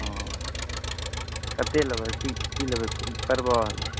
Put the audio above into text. कतेक लेबै की लेबै परवल